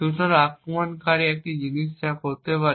সুতরাং আক্রমণকারী একটি জিনিস যা করতে পারে